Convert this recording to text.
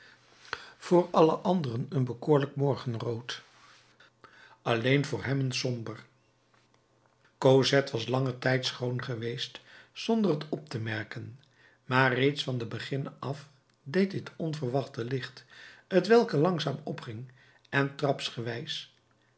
voor alle anderen een bekoorlijk morgenrood alleen voor hem een somber cosette was langen tijd schoon geweest zonder het op te merken maar reeds van den beginne af deed dit onverwachte licht t welk langzaam opging en trapswijs